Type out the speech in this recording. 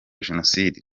jenoside